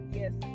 yes